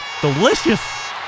Delicious